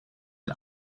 and